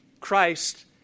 Christ